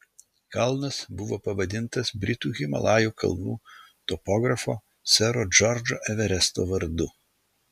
kalnas buvo pavadintas britų himalajų kalnų topografo sero džordžo everesto vardu